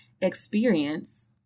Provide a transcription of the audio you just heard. experience